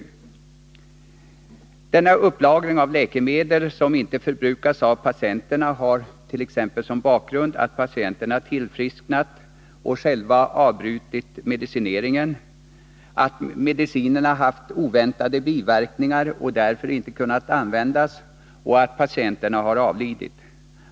Denna upplagring av läkemedel som inte förbruka 5 av patienterna har t.ex. som bakgrund att patienterna tillfrisknat och själva avbrutit medicineringen, att medicinerna haft oväntade biverkningar och därför inte kunnat användas eller att patienterna har avlidit.